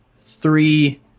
three